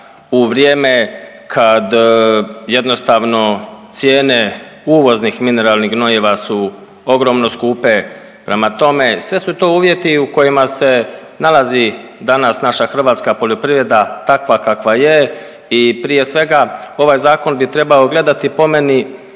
u vrijeme kad jednostavno cijene uvoznih mineralnih gnojiva su ogromno skupe. Prema tome, sve su to uvjeti u kojima se nalazi danas naša hrvatska poljoprivreda takva kakva je i prije svega ovaj zakon bi trebao gledati po meni